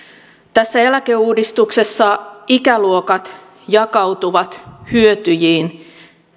tässä eläkeuudistuksessa ikäluokat jakautuvat hyötyjiin